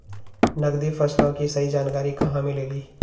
नकदी फसलों की सही जानकारी कहाँ मिलेगी?